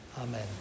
Amen